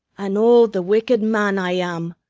an' oh! the wicked man i am,